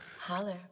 Holler